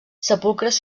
sepulcres